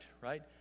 right